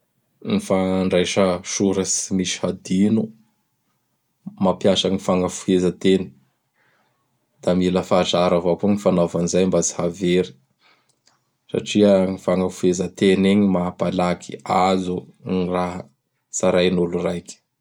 Gny fandraisa soratsy tsy misy hadino! Mampiasa gn fagnafoheza teny. Da mila fahazara avao koa gn fanaova an'izay mba tsy hahavery satria gn fagnafohezanteny igny mampalaky azo gny raha tsarain'olo raiky.